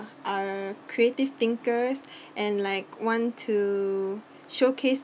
are creative thinkers and like want to showcase